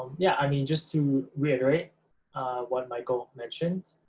yeah, i mean just to reiterate what michael mentioned,